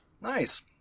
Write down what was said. Nice